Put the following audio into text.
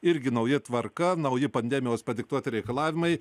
irgi nauja tvarka nauji pandemijos padiktuoti reikalavimai